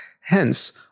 Hence